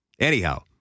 Anyhow